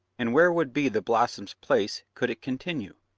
and where would be the blossom's place could it continue?